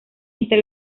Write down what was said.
entre